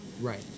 Right